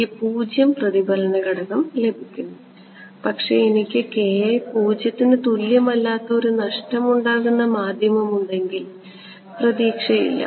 എനിക്ക് 0 പ്രതിഫലന ഘടകം ലഭിക്കുന്നു പക്ഷേ എനിക്ക് 0 ന് തുല്യമല്ലാത്ത ഒരു നഷ്ടമുണ്ടാകുന്ന മാധ്യമമുണ്ടെങ്കിൽ പ്രതീക്ഷയില്ല